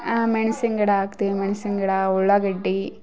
ಮೆಣಸಿನ ಗಿಡ ಹಾಕ್ತಿವ್ ಮೆಣಸಿನ ಗಿಡ ಉಳ್ಳಾಗಡ್ಡಿ